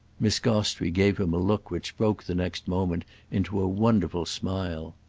miss gostrey gave him a look which broke the next moment into a wonderful smile.